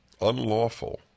Unlawful